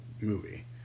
movie